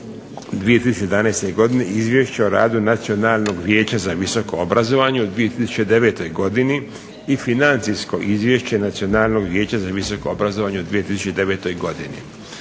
2011. godine Izvješće o radu Nacionalnog vijeća za visoko obrazovanje u 2009. godini i Financijsko izvješće Nacionalnog vijeća za visoko obrazovanje u 2009. godini.